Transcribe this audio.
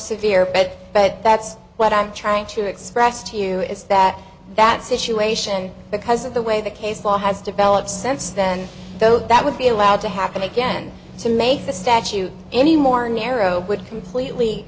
severe but but that's what i'm trying to express to you is that that situation because of the way the case law has developed sense then though that would be allowed to happen again to make the statute any more narrow would completely